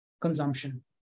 consumption